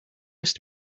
just